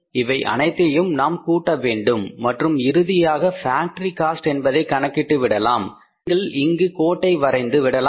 இவை அனைத்தையும் நாம் கூட்ட வேண்டும் மற்றும் இறுதியாக ஃபேக்டரி காஸ்ட் என்பதை கணக்கிட்டு விடலாம் நீங்கள் இங்கு கோட்டை வரைந்து விடலாம்